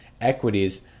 equities